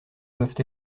doivent